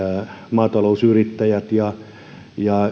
maata lousyrittäjät ja ja